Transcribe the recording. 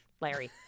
Larry